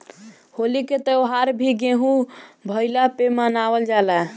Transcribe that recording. होली के त्यौहार भी गेंहू भईला पे मनावल जाला